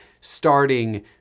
starting